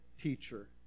teacher